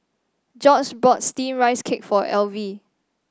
George bought steamed Rice Cake for Elvie